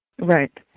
Right